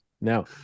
now